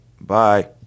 Bye